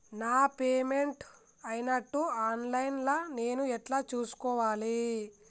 నా పేమెంట్ అయినట్టు online లా నేను ఎట్ల చూస్కోవాలే?